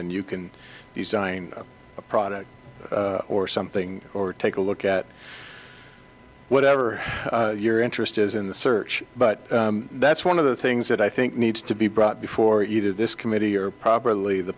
then you can you sign a product or something or take a look at whatever your interest is in the search but that's one of the things that i think needs to be brought before either this committee or properly the